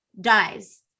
dies